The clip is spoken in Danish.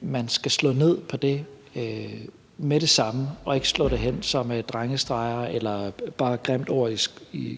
man skal slå ned på det med det samme og ikke slå det hen som drengestreger eller bare